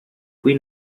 cui